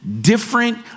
different